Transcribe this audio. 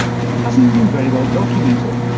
but it hasn't been very well documented,